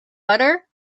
butter